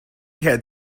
had